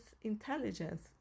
intelligence